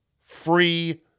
free